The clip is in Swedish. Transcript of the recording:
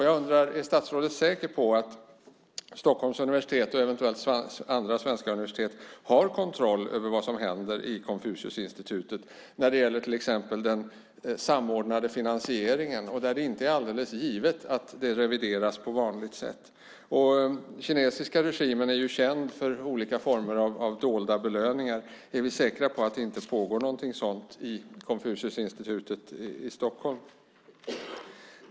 Jag undrar: Är statsrådet säker på att Stockholms universitet och eventuellt andra svenska universitet har kontroll på vad som händer inom Konfuciusinstitutet när det gäller till exempel den samordnade finansieringen? Där är det inte alldeles givet att det revideras på vanligt sätt. Den kinesiska regimen är ju känd för olika former av dolda belöningar. Är vi säkra på att det inte pågår något sådant vid Konfuciusinstitutet i Stockholm?